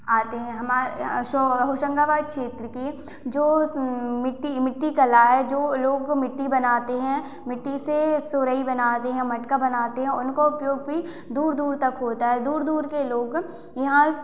आते हैं हमारे यहाँ शो होशंगाबाद क्षेत्र की जो मिट्टी मिट्टी कला है जो लोग वो मिट्टी बनाते हैं मिट्टी से सुराही बनाते हैं मटका बनाते हैं उनका उपयोग भी दूर दूर तक होता है दूर दूर के लोग यहाँ